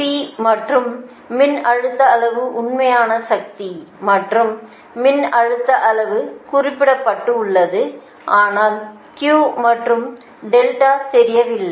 P மற்றும் மின்னழுத்த அளவு உண்மையான சக்தி மற்றும் மின்னழுத்த அளவு குறிப்பிடப்பட்டுள்ளது ஆனால் Q மற்றும் தெரியவில்லை